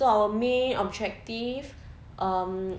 so our main objective um